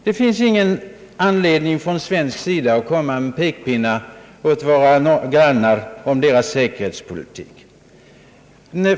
Det finns ingen anledning på svensk sida att komma med några pekpinnar till våra grannar om deras säkerhetspolitik.